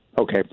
Okay